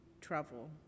travel